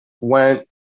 went